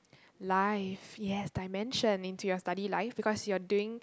life yes dimension into your study life because you're doing